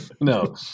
No